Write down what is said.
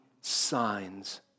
signs